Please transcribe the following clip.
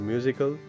Musical